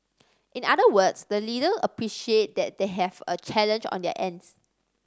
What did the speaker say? in other words the leader appreciate that they have a challenge on their ends